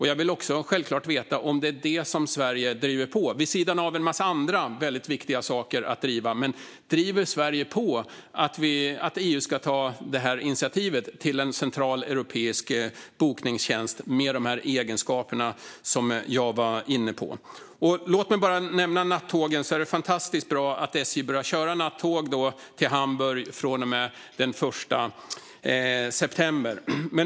Jag vill självklart också veta om Sverige, vid sidan av en massa andra viktiga saker att driva, driver på för att EU ska ta initiativet till en central europeisk bokningstjänst med de egenskaper som jag var inne på. Låt mig bara nämna nattågen. Det är fantastiskt bra att SJ börjar köra nattåg till Hamburg från och med den 1 september.